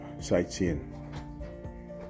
sightseeing